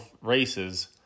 races